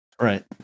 Right